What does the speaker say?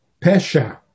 Pesha